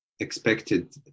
expected